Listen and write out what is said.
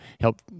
help